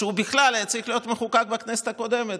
שהוא בכלל היה צריך להיות מחוקק בכנסת הקודמת,